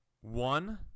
one